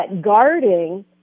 guarding